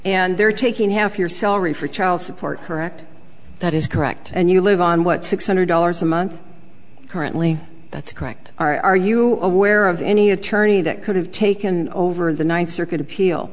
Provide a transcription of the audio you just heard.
and they're taking half your salary for child support correct that is correct and you live on what six hundred dollars a month currently that's correct are you aware of any attorney that could have taken over the ninth circuit appeal